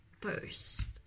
first